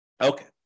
Okay